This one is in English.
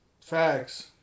Facts